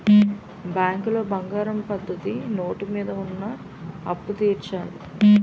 బ్యాంకులో బంగారం పద్ధతి నోటు మీద ఉన్న అప్పు తీర్చాలి